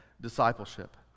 discipleship